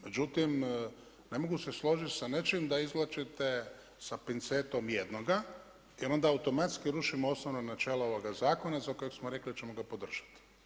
Međutim, ne mogu se složiti sa nečim da izvlačite sa pincetom jednoga jer onda automatski rušimo osnovno načelo ovoga zakona za kojeg smo rekli da ćemo ga podržati.